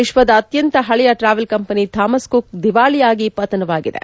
ವಿಶ್ವದ ಅತ್ಯಂತ ಪಳೆಯ ಟ್ರಾವೆಲ್ ಕಂಪನಿ ಥಾಮಸ್ ಕುಕ್ ದಿವಾಳಿಯಾಗಿ ಪತನವಾಗಿದೆ